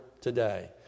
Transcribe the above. today